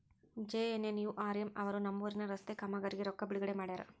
JNNURM ಅವರು ನಮ್ಮೂರಿನ ರಸ್ತೆ ಕಾಮಗಾರಿಗೆ ರೊಕ್ಕಾ ಬಿಡುಗಡೆ ಮಾಡ್ಯಾರ